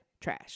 trash